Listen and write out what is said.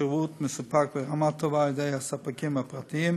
השירות מסופק ברמה טובה על-ידי הספקים הפרטיים,